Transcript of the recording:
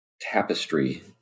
tapestry